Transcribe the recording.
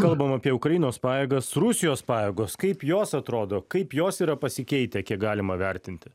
kalbam apie ukrainos pajėgas rusijos pajėgos kaip jos atrodo kaip jos yra pasikeitę kiek galima vertinti